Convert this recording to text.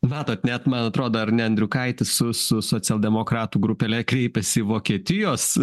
matote net man atrodo arr ne andriukaitis su su socialdemokratų grupele kreipiasi į vokietijos